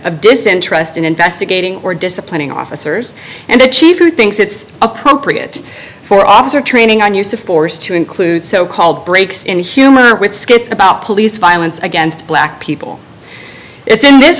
of disinterest in investigating or disciplining officers and the chief who thinks it's appropriate for officer training on use of force to include so called breaks in humor with skits about police violence against black people it's in this